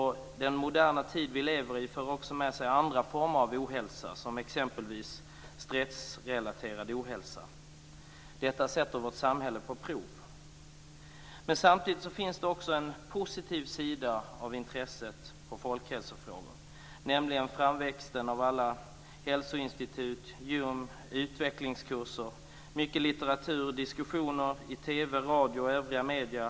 Den moderna tid vi lever i för också med sig andra former av ohälsa, som exempelvis stressrelaterad ohälsa. Detta sätter vårt samhälle på prov. Samtidigt finns det också en positiv sida av intresset för folkhälsofrågor, nämligen framväxten av alla hälsoinstitut och gym och utvecklingskurser, litteratur, diskussioner i TV, radio och övriga medier.